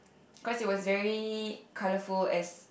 cause it was very colourful as